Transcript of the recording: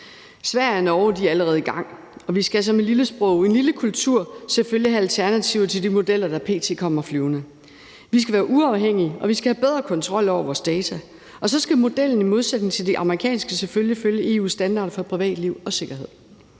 Sverige og Norge er allerede i gang, og vi skal som et lille sprog og en lille kultur selvfølgelig have alternativer til de modeller, der p.t. kommer flyvende. Vi skal være uafhængige, vi skal have bedre kontrol over vores data, og så skal modellen i modsætning til de amerikanske selvfølgelig følge EU-standarder for privatliv og sikkerhed.